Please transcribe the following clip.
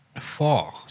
Four